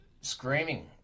screaming